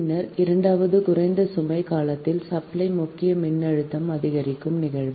பின்னர் இரண்டாவது குறைந்த சுமை காலத்தில் சப்ளை முக்கிய மின்னழுத்தம் அதிகரிக்கும் நிகழ்வு